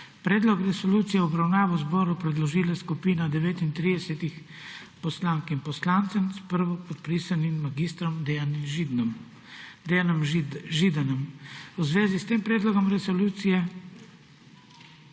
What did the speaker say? Predlog resolucije je v obravnavo zboru predložila skupina 39 poslank in poslancev s prvopodpisanim mag. Dejanom Židanom. V zvezi s tem predlogom resolucije